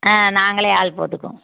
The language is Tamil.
ஆ நாங்களே ஆள் போட்டுக்குவோம்